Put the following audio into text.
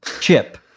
chip